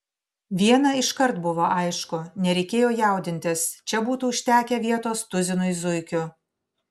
viena iškart buvo aišku nereikėjo jaudintis čia būtų užtekę vietos tuzinui zuikių